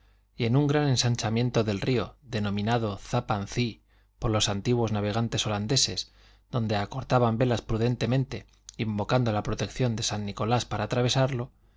y en un gran ensanchamiento del río denominado tappan zee por los antiguos navegantes holandeses donde acortaban velas prudentemente invocando la protección de san nicolás para atravesarlo